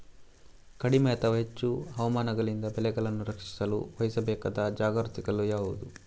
ಕಡಿಮೆ ಅಥವಾ ಹೆಚ್ಚು ಹವಾಮಾನಗಳಿಂದ ಬೆಳೆಗಳನ್ನು ರಕ್ಷಿಸಲು ವಹಿಸಬೇಕಾದ ಜಾಗರೂಕತೆಗಳು ಯಾವುವು?